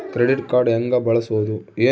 Credit card ಹೆಂಗ ಬಳಸೋದು?